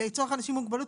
לצורך אנשים עם מוגבלות?